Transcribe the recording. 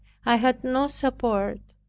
i had no support,